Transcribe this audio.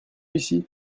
ici